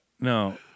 No